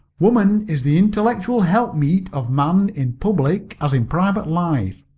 woman is the intellectual helpmeet of man in public as in private life.